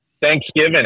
Thanksgiving